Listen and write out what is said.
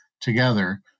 together